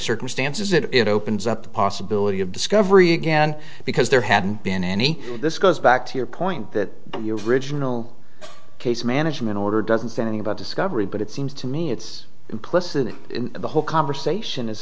circumstances it opens up the possibility of discovery again because there hadn't been any this goes back to your point that you original case management order doesn't say anything about discovery but it seems to me it's implicit the whole conversation is